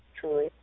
truly